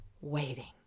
Waiting